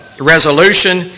resolution